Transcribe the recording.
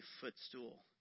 footstool